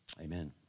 Amen